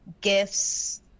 gifts